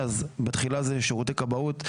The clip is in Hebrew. תחילה, מדובר בשירותי כבאות.